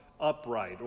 upright